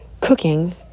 cooking